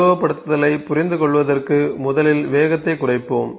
உருவகப்படுத்துதலைப் புரிந்துகொள்வதற்கு முதலில் வேகத்தைக் குறைப்போம்